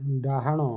ଡ଼ାହାଣ